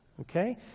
okay